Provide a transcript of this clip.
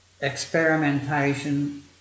experimentation